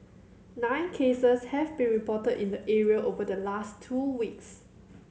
nine cases have been reported in the area over the last two weeks